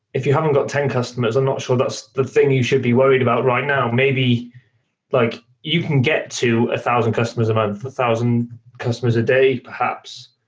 if you haven't got ten customers, i'm not sure that's the thing you should be worried about right now. maybe like you can get to a thousand customers a month, a thousand customers a day perhaps.